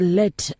let